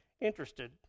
interested